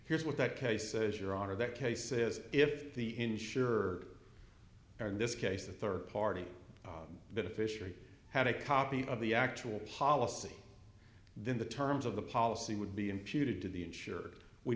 here's what that case says your honor that cases if the insurer are in this case a third party beneficiary had a copy of the actual policy then the terms of the policy would be imputed to the insured we